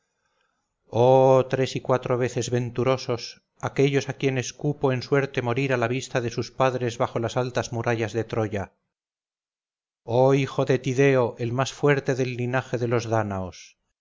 oh tres y cuatro veces venturosos aquellos a quienes cupo en suerte morir a la vista de sus padres bajo las altas murallas de troya oh hijo de tideo el más fuerte del linaje de los dánaos